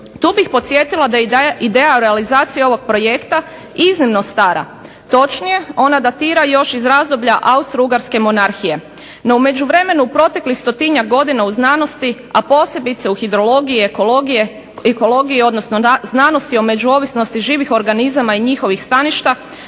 Tu bih podsjetila da je ideja realizacije ovog projekta iznimno stara, točnije ona datira još iz razdoblje Austrougarske monarhije. No u međuvremenu u proteklih 100-tinjak godina u znanosti, a posebice u hidrologiji i ekologiji, odnosno znanosti o međuovisnosti živih organizama i njihovih staništa